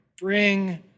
bring